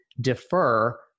Defer